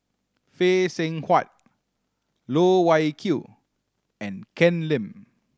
Phay Seng Whatt Loh Wai Kiew and Ken Lim